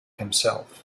himself